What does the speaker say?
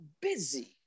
busy